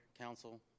council